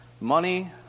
money